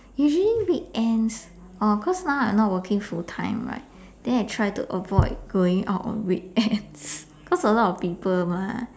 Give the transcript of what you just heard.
usually weekends oh cause now I not working full time right then I try to avoid going out on weekends cause a lot of people mah